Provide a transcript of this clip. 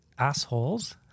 Assholes